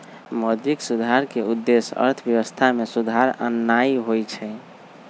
मौद्रिक सुधार के उद्देश्य अर्थव्यवस्था में सुधार आनन्नाइ होइ छइ